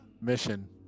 mission